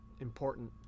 Important